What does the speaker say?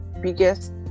biggest